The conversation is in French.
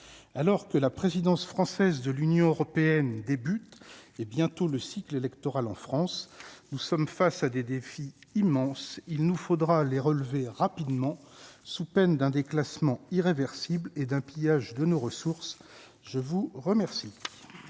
alors que la présidence française de l'Union européenne, des buts et bientôt le cycle électoral en France, nous sommes face à des défis immenses, il nous faudra les relevés rapidement, sous peine d'un déclassement irréversible et d'un pillage de nos ressources, je vous remercie.